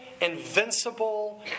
invincible